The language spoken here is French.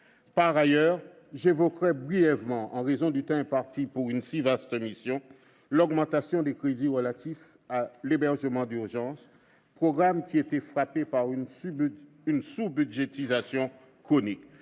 Par ailleurs, j'évoquerai brièvement, en raison du peu de temps qui m'est imparti pour évoquer une si vaste mission, l'augmentation des crédits relatifs à l'hébergement d'urgence, programme qui était frappé par une sous-budgétisation chronique.